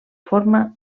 forma